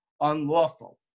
unlawful